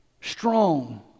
strong